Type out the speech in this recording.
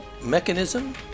mechanism